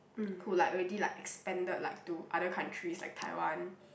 who like already like expanded like to other countries like Taiwan